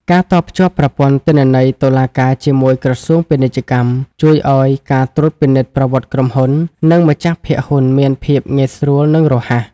ការតភ្ជាប់ប្រព័ន្ធទិន្នន័យតុលាការជាមួយក្រសួងពាណិជ្ជកម្ម ជួយឱ្យការត្រួតពិនិត្យប្រវត្តិក្រុមហ៊ុន និងម្ចាស់ភាគហ៊ុនមានភាពងាយស្រួល និងរហ័ស។